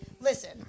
Listen